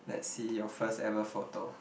let's see your first ever photo